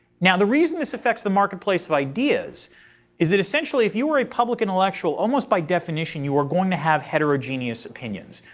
now the reason this affects the marketplace of ideas is that essentially if you are a public intellectual, almost by definition, you are going to have heterogeneous opinions.